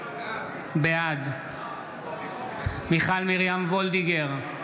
בעד מיכל מרים וולדיגר,